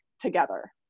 together